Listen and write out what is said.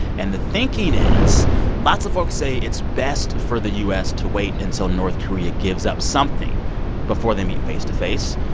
and the thinking is lots of folks say it's best for the u s. to wait until north korea gives up something before they meet face-to-face.